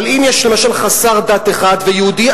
אבל אם יש למשל חסר דת אחד ויהודי,